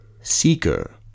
Seeker